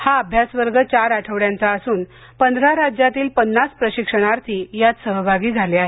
हा अभ्यासवर्ग चार आठवड्यांचा असून पंधरा राज्यांतील पन्नास प्रशिक्षणार्थी यात सहभागी झाले आहेत